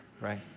right